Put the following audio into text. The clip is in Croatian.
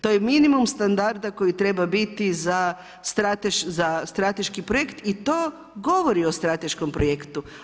To je minimum standarda koji treba biti za strateški projekt i to govori o strateškom projektu.